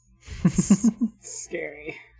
Scary